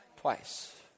Twice